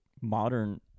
modern